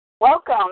Welcome